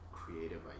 creative